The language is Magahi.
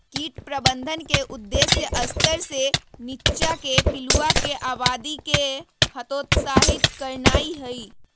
कीट प्रबंधन के उद्देश्य स्तर से नीच्चाके पिलुआके आबादी के हतोत्साहित करनाइ हइ